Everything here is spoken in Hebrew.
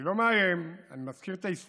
אני לא מאיים, אני מזכיר את ההיסטוריה.